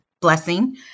blessing